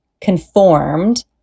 conformed